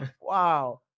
Wow